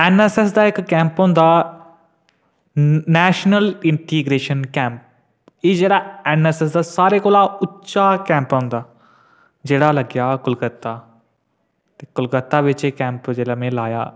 N S S दा एक camp होंदा नैशंनल इंटीगरैशन कैम्प जेह्डा एन एस एस दा सारे शा उच्चा कैम्प होंदा जेह्डा लग्गेआ हा कोलकत्ता ते कोलकत्ता बिच जैह्ले कैंम्प में लाया